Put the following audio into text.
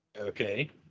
okay